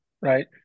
right